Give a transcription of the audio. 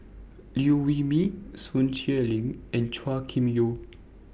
Liew Wee Mee Sun Xueling and Chua Kim Yeow